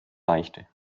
leichte